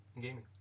gaming